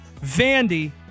Vandy